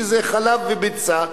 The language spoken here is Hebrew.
שזה חלב וביצה,